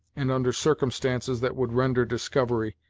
and under circumstances that would render discovery,